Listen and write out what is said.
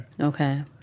Okay